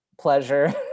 pleasure